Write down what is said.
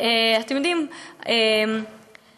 אתם יודעים בטח,